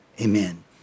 Amen